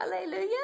Hallelujah